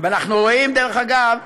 דרך אגב,